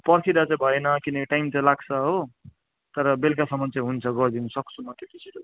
पर्खेर त भएन किनकि टाइम त लाग्छ हो तर बेलुकासम्म चाहिँ हुन्छ गरिदिनु सक्छु म त्यति छिटो चाहिँ